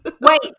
wait